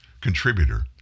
contributor